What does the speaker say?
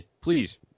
Please